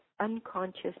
unconscious